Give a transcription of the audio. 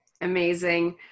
Amazing